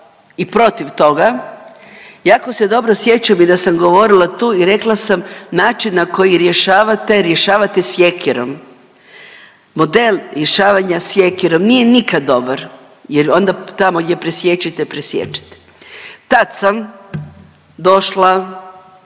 i protiv toga. Jako se dobro sjećam i da sam govorila tu i rekla sam način na koji rješavate, rješavate sjekirom. Model rješavanja sjekirom nije nikad dobar jer onda tamo gdje presiječete, presiječete. Tad sam došla